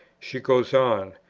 she goes on,